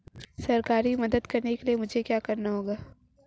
सरकारी मदद के लिए मुझे क्या करना होगा?